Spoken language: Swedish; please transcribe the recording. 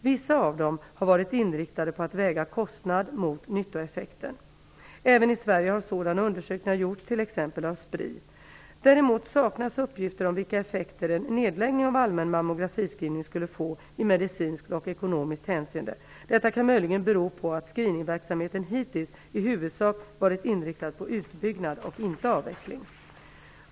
Vissa av dem har varit inriktade på att väga kostnaden mot nyttoeffekten. Även i Sverige har sådana undersökningar gjorts, t.ex. av Spri. Däremot saknas uppgifter om vilka effekter en nedläggning av allmän mammografiscreening skulle få i medicinskt och ekonomiskt hänseende. Detta kan möjligen bero på att screeningverksamheten hittills i huvudsak varit inriktad på utbyggnad och inte på avveckling.